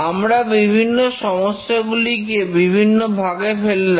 আমরা বিভিন্ন সমস্যাগুলিকে বিভিন্ন ভাগে ফেললাম